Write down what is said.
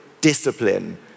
discipline